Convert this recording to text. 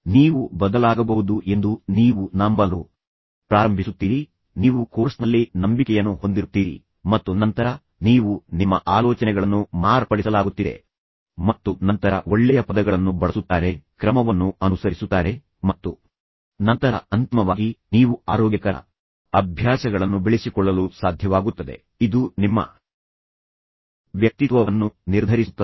ನೀವು ಬದಲಾಗಬಹುದು ಎಂದು ನೀವು ನಂಬಲು ಪ್ರಾರಂಭಿಸುತ್ತೀರಿ ನೀವು ಕೋರ್ಸ್ನಲ್ಲಿ ನಂಬಿಕೆಯನ್ನು ಹೊಂದಿರುತ್ತೀರಿ ಮತ್ತು ನಂತರ ನೀವು ನಿಮ್ಮ ಆಲೋಚನೆಗಳನ್ನು ಮಾರ್ಪಡಿಸಲಾಗುತ್ತಿದೆ ಮತ್ತು ನಂತರ ಒಳ್ಳೆಯ ಪದಗಳನ್ನು ಬಳಸುತ್ತಾರೆ ಕ್ರಮವನ್ನು ಅನುಸರಿಸುತ್ತಾರೆ ಮತ್ತು ನಂತರ ಅಂತಿಮವಾಗಿ ನೀವು ಆರೋಗ್ಯಕರ ಅಭ್ಯಾಸಗಳನ್ನು ಬೆಳೆಸಿಕೊಳ್ಳಲು ಸಾಧ್ಯವಾಗುತ್ತದೆ ಇದು ನಿಮ್ಮ ವ್ಯಕ್ತಿತ್ವವನ್ನು ನಿರ್ಧರಿಸುತ್ತದೆ